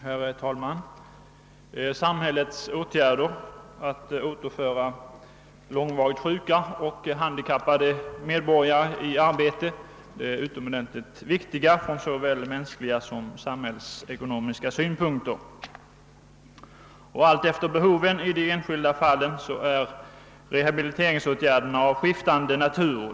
Herr talman! Samhällets åtgärder att återföra långvarigt sjuka och handikappade medborgare i arbete är utomordentligt viktiga från såväl mänskliga som samhällsekonomiska synpunkter. Alltefter behoven i de enskilda fallen är rehabiliteringsåtgärderna av skiftande natur.